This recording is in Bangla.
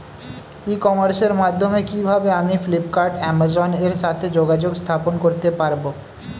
ই কমার্সের মাধ্যমে কিভাবে আমি ফ্লিপকার্ট অ্যামাজন এর সাথে যোগাযোগ স্থাপন করতে পারব?